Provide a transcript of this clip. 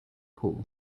pool